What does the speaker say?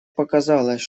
показалось